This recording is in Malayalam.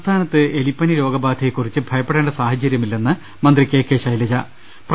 സംസ്ഥാനത്ത് എലിപ്പനിരോഗബാധയെ കൂറിച്ച് ഭയപ്പെടേണ്ട സാഹചര്യമില്ലെന്ന് മന്ത്രി കെ കെ ശ്ലൈജ്